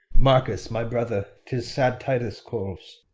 marcus, my brother! tis sad titus calls.